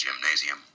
gymnasium